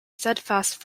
steadfast